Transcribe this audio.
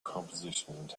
compositions